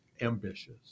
ambitious